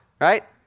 right